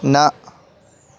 न